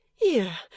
Here